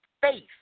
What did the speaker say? faith